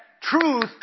truth